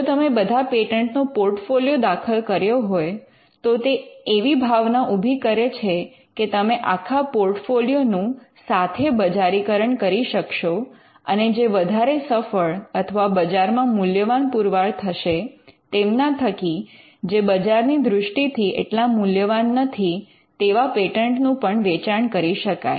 જો તમે બધા પેટન્ટનો પૉર્ટફોલિઓ દાખલ કર્યો હોય તો તે એવી ભાવના ઉભી કરે છે કે તમે આખા પૉર્ટફોલિઓ નું સાથે બજારીકરણ કરી શકશો અને જે વધારે સફળ અથવા બજારમાં મૂલ્યવાન પુરવાર થશે તેમના થકી જે બજારની દૃષ્ટિથી એટલા મૂલ્યવાન નથી તેવા પેટન્ટ નું પણ વેચાણ કરી શકાય